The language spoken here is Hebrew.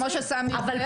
נכון.